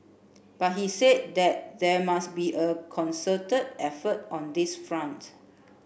but he said that there must be a concerted effort on this front